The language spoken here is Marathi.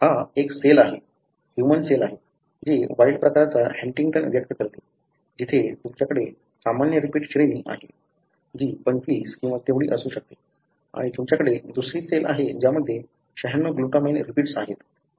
हा एक सेल आहे ह्यूमन सेल आहे जी वाइल्ड प्रकारचा हंटिंगटिन व्यक्त करते जिथे तुमच्याकडे सामान्य रिपीट श्रेणी आहे जी 25 किंवा तेवढी असू शकते आणि तुमच्याकडे दुसरी सेल आहे ज्यामध्ये 96 ग्लूटामाइन रिपीट्स आहे